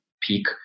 peak